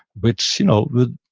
which you know would